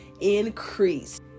increase